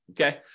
Okay